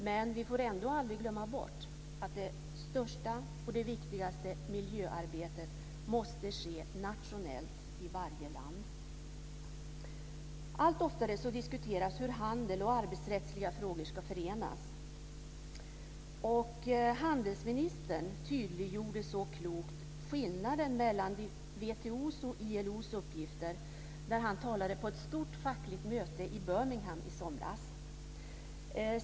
Men vi får aldrig glömma bort att det största och viktigaste miljöarbetet måste ske nationellt, i varje land. Allt oftare diskuteras hur handel och arbetsrättsliga frågor ska förenas. Handelsministern tydliggjorde så klokt skillnaden mellan WTO:s och ILO:s uppgifter när han talade på ett stort fackligt möte i Birmingham i somras.